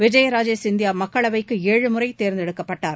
விஜயராஜே சிந்தியா மக்களவைக்கு ஏழு முறை தேர்ந்தெடுக்கப்பட்டார்